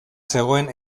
zegoen